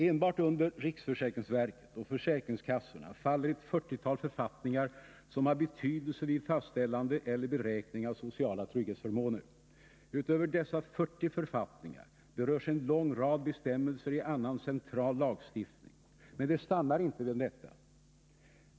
Enbart under riksförsäkringsverket och försäkringskassorna faller ett 40-tal författningar som har betydelse vid fastställande eller beräkning av sociala trygghetsförmåner. Utöver dessa 40 författningar berörs en lång rad bestämmelser i annan central lagstiftning. Men det stannar inte vid detta.